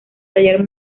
taller